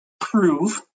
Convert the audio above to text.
prove